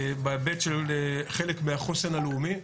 בהיבט של חלק מהחוסן הלאומי.